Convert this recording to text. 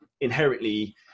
inherently